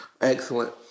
Excellent